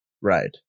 Right